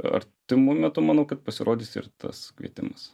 artimu metu manau kad pasirodys ir tas kvietimas